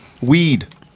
Weed